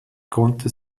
konnte